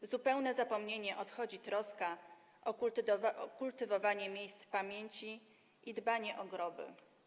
W zupełne zapomnienie odchodzi troska o kultywowanie miejsc pamięci i dbanie o groby.